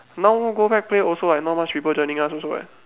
now go back play also like not much people joining us also eh